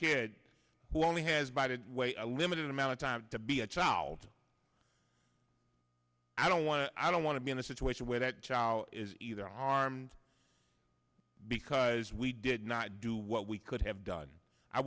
kid will only has by the way a limited amount of time to be a child i don't want to i don't want to be in a situation where that child is either harmed because we did not do what we could have done i